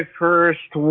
first